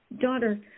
daughter